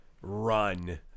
run